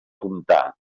comptar